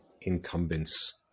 incumbents